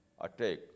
attack